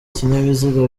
ikinyabiziga